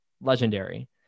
Legendary